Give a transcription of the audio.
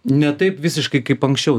ne taip visiškai kaip anksčiau